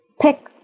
pick